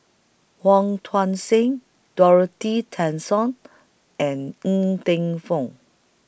Wong Tuang Seng Dorothy Tessensohn and Ng Teng Fong